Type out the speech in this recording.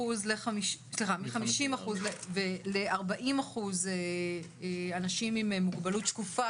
מ-50% ל-40% אנשים עם מוגבלות שקופה,